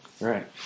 Right